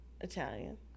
Italian